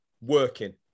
working